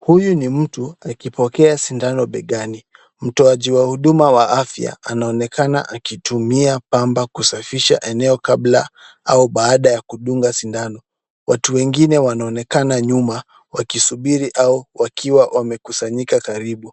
Huyu ni mtu akipokea sindano begani. Mtoaji wa huduma wa afya anaonekana akitumia pamba kusafisha eneo kabla au baada ya kudunga sindano. Watu wengine wanaonekana nyuma wakisubiri au wakiwa wamekusanyika karibu.